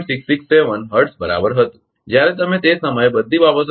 667 hertz બરાબર હતું જ્યારે તમે તે સમયે બધી બાબતોને ધ્યાનમાં લો ત્યારે તે 0